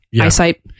Eyesight